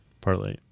Parlay